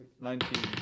Nineteen